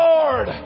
Lord